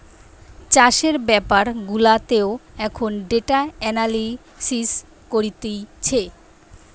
চাষের বেপার গুলাতেও এখন ডেটা এনালিসিস করতিছে